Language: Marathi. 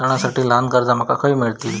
सणांसाठी ल्हान कर्जा माका खय मेळतली?